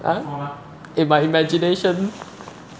!huh! in my imagination